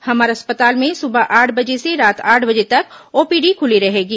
हमर अस्पताल में सुबह आठ बजे से रात आठ बजे तक ओपीडी खुली रहेगी